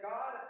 God